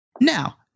Now